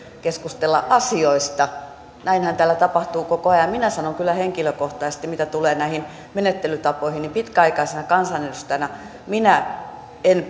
keskustella asioista näinhän täällä tapahtuu koko ajan minä sanon kyllä henkilökohtaisesti mitä tulee näihin menettelytapoihin että pitkäaikaisena kansanedustajana minä en